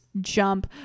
jump